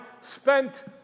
spent